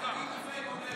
בושה וחרפה.